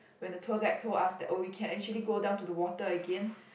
when the tour guide told us that oh we can actually go down to the water again